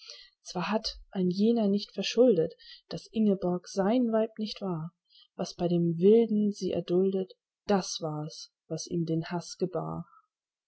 zwar hatt es jener nicht verschuldet daß ingeborg sein weib nicht war was bei dem wilden sie erduldet das war's was ihm den haß